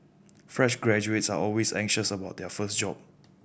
fresh graduates are always anxious about their first job